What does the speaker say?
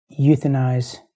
euthanize